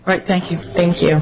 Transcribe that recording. right thank you thank you